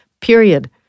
period